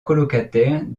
colocataire